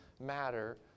matter